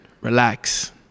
Relax